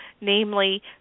namely